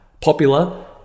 popular